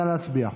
נא להצביע.